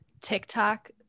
TikTok